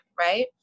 Right